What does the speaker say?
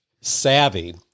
savvy